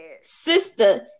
sister